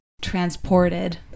transported